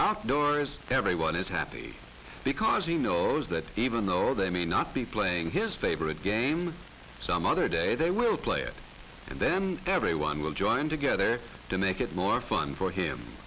arcturus everyone is happy because he knows that even though they may not be playing his favorite game some other day they will play it and then everyone will join together to make it more fun for him